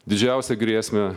didžiausią grėsmę